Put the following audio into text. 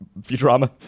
Futurama